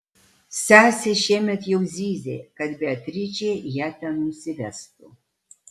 sesė šiemet jau zyzė kad beatričė ją ten nusivestų